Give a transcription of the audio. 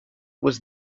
was